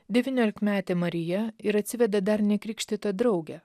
devyniolikmetė marija ir atsivedė dar nekrikštytą draugę